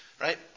Right